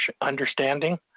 understanding